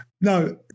No